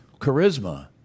charisma